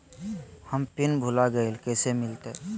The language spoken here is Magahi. हम पिन भूला गई, कैसे मिलते?